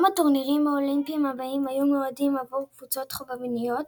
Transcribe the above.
גם הטורנירים האולימפיים הבאים היו מיועדים עבור קבוצות חובבניות,